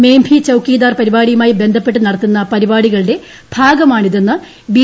മെം ഭീ ചൌക്കീദാർ പരിപാടിയുമായി ബന്ധപ്പെട്ട് നടത്തുന്ന പരിപാടികളുടെ ഭാഗമായാണിതെന്ന് ബി